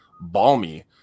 Balmy